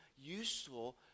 useful